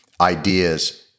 ideas